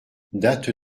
date